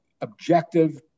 objective